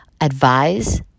advise